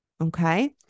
Okay